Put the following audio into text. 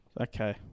Okay